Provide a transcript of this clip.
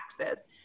taxes